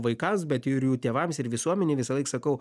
vaikams bet ir jų tėvams ir visuomenei visąlaik sakau